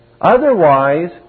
Otherwise